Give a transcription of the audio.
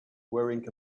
wearing